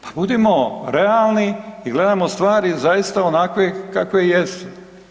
Pa budimo realni i gledajmo stvari zaista onakve kakve jesu.